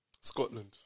Scotland